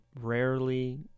rarely